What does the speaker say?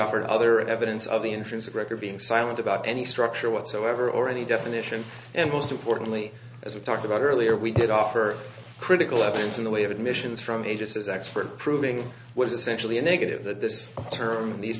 offered other evidence of the intrinsic record being silent about any structure whatsoever or any definition and most importantly as we've talked about earlier we did offer critical evidence in the way of admissions from a just as expert proving was essentially a negative that this term these